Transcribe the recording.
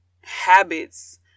habits